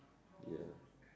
ya